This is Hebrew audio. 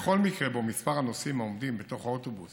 בכל מקרה שבו מספר הנוסעים העומדים בתוך האוטובוס